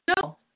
No